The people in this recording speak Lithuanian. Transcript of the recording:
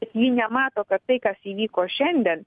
ji nemato kad tai kas įvyko šiandien